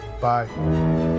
Bye